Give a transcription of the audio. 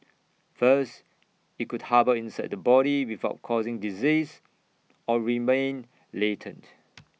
first IT could harbour inside the body without causing disease or remain latent